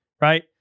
right